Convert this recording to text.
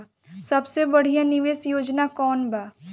सबसे बढ़िया निवेश योजना कौन बा?